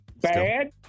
Bad